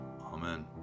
Amen